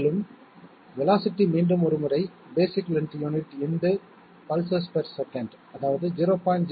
மேலும் வேலோஸிட்டி மீண்டும் ஒருமுறை basic length unit into pulses per second அதாவது 0